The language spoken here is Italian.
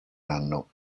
anno